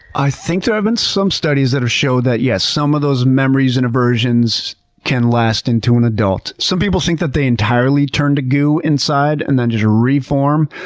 i think there have been some studies that have showed that yes, some of those memories and aversions can last into an adult. some people think that they entirely turn to goo inside and then just reform.